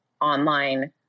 online